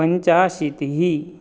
पञ्चाशीतिः